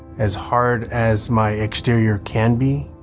as hard as my exterior can be,